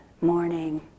morning